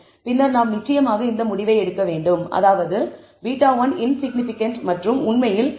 பின்னர் நாம் நிச்சயமாக இந்த முடிவை எடுக்க வேண்டும் அதாவது β1 இன்சிக்னிபிகன்ட் மற்றும் உண்மையில் ட்ரு β1 0